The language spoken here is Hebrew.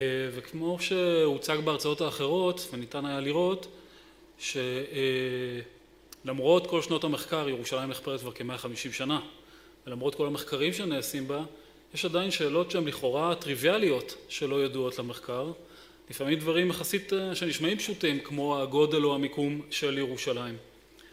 וכמו שהוצג בהרצאות האחרות וניתן היה לראות שלמרות כל שנות המחקר ירושלים נחפרת כבר כמאה חמישים שנה ולמרות כל המחקרים שנעשים בה יש עדיין שאלות שהם לכאורה טריוויאליות שלא ידועות למחקר לפעמים דברים יחסית שנשמעים פשוטים כמו הגודל או המיקום של ירושלים